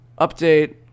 update